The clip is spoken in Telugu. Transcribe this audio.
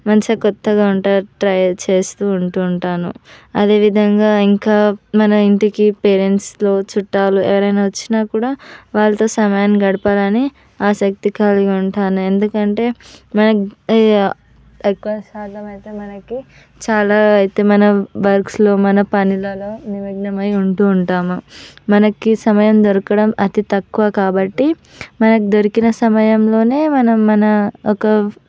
మంచిగా కొత్తగా వంట ట్రై చేస్తూ ఉంటూ ఉంటాను అదేవిధంగా ఇంకా మన ఇంటికి పేరెంట్స్తో చుట్టాలు ఎవరైనా వచ్చినా కూడా వాళ్ళతో సమయాన్ని గడపాలని ఆసక్తి కలిగి ఉంటాను ఎందుకంటే మనకి ఎక్కువ శాతం అయితే మనకి చాలా అయితే మన వర్క్స్లో మన పనిలలో నిమగ్నమై ఉంటూ ఉంటాము మనకి సమయం దొరకడం అతి తక్కువ కాబట్టి మనకు దొరికిన సమయంలోనే మనం మన ఒక